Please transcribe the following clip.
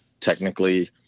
technically